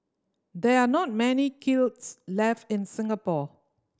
there are not many kilns left in Singapore